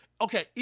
okay